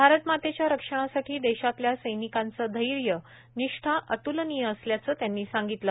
भारत मातेच्या रक्षणासाठी देशातल्या सैनिकांचे धैर्य निष्ठा अत्लनीय असल्याचं त्यांनी सांगितलं